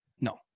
No